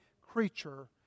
creature